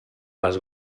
les